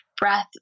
breath